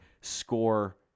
score